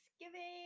Thanksgiving